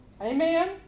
Amen